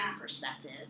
perspective